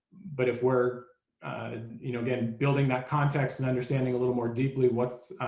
but if we're you know again building that context and understanding a little more deeply what's